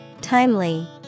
Timely